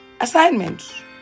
assignment